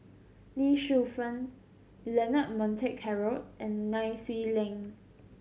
Lee Shu Fen Leonard Montague Harrod and Nai Swee Leng